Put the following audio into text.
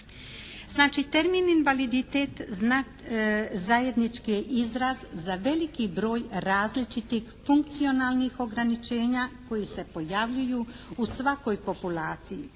Znači termin invaliditet zajednički je izraz za veliki broj različitih funkcionalnih ograničenja koji se pojavljuju u svakoj populaciji